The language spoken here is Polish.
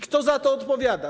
Kto za to odpowiada?